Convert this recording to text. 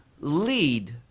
lead